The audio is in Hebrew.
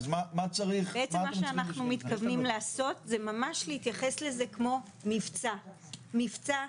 בעצם מה שאנחנו מתכוונים לעשות זה ממש להתייחס לזה כמו מבצע שבו